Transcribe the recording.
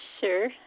sure